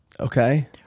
Okay